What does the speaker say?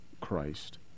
Christ